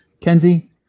Kenzie